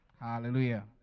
Hallelujah